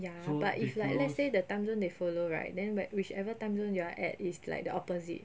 ya but if like let's say the timezone they follow right then whichever timezone you are at is like the opposite